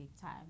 time